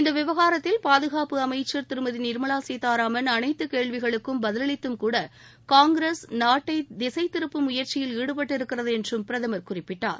இந்த விவகாரத்தில் பாதுகாப்பு அமைச்சர் திருமதி நிர்மலா சீத்தாராமன் அனைத்து கேள்விகளுக்கும் பதிலளித்தும் கூட காங்கிரஸ் நாட்டை திசை திருப்பும் முயற்சியில் ஈடுபட்டிருக்கிறது என்றும் பிரதமர் குறிப்பிட்டார்